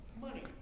Money